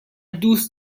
دوست